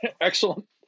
excellent